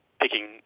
picking